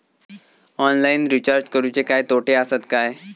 Online recharge करुचे काय तोटे आसत काय?